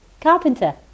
Carpenter